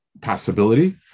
possibility